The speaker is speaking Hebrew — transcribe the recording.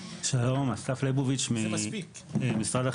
שלום, אסף ליבוביץ ממשרד החינוך,